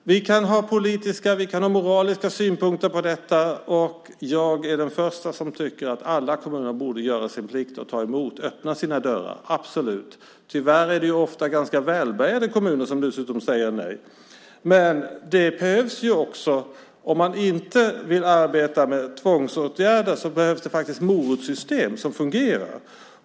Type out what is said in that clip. Vi kan ha politiska och moraliska synpunkter på detta, och jag är den första som tycker att alla kommuner borde göra sin plikt och ta emot flyktingar, öppna sina dörrar. Absolut. Tyvärr är det ofta ganska välbärgade kommuner dessutom som säger nej. Om man inte vill arbeta med tvångsåtgärder behövs det faktiskt morotssystem som fungerar.